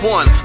One